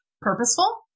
Purposeful